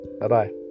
Bye-bye